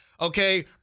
Okay